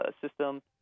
system